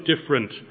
different